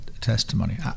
testimony